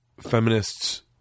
feminists